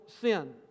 sin